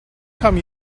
come